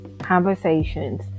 conversations